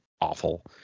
awful